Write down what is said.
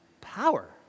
power